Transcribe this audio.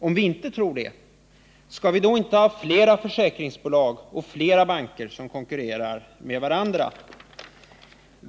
Om vi inte tror det, skall vi då ha flera försäkringsbolag och flera banker som konkurrerar med varandra?